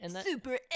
super